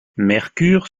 mercure